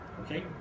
okay